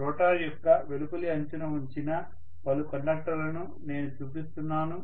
rotor యొక్క వెలుపలి అంచున ఉంచిన పలు కండక్టర్లను నేను చూపిస్తున్నాను